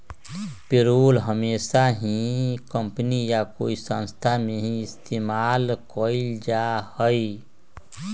payroll हमेशा ही company या कोई संस्था में ही इस्तेमाल कइल जाहई